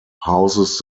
houses